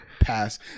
Pass